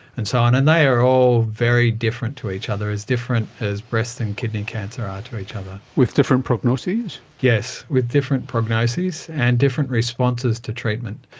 and so on, and they are all very different to each other, as different as breast and kidney cancer are to each other. with different prognoses? yes, with different prognoses and different responses to treatment.